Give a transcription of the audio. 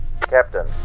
Captain